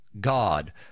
god